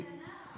אני קטנה,